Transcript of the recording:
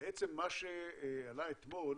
בעצם מה שעלה אתמול